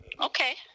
Okay